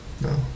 No